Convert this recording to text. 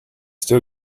still